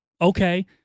Okay